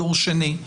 דור שני.